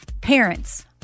parents